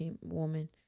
woman